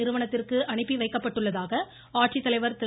நிறுவனத்திற்கு அனுப்பி வைக்கப்பட்டுள்ளதாக ஆட்சித்தலைவா் திரு